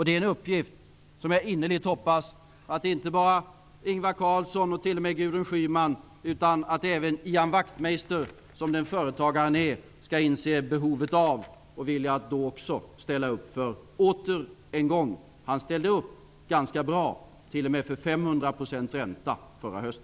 Det är en uppgift som jag innerligt hoppas att inte bara Ingvar Carlsson och t.o.m. Gudrun Schyman utan även Ian Wachtmeister, som den företagare han är, skall inse behovet av och vilja ställa upp på åter en gång. Han ställde upp ganska bra, t.o.m. för 500 % ränta förra hösten.